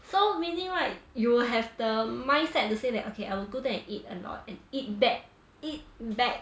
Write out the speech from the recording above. so meaning right you will have the mindset to say that okay I will go there and eat and all and eat back eat back